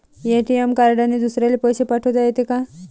ATM कार्डने दुसऱ्याले पैसे पाठोता येते का?